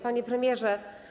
Panie Premierze!